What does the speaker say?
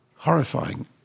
Horrifying